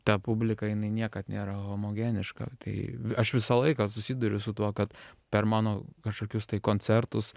ta publika jinai niekad nėra homogeniška tai aš visą laiką susiduriu su tuo kad per mano kažkokius tai koncertus